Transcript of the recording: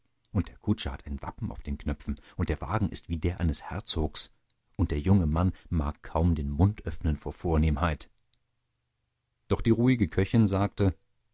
und der kutscher hat ein wappen auf den knöpfen und der wagen ist wie der eines herzogs und der junge mann mag kaum den mund öffnen vor vornehmheit doch die ruhige köchin sagte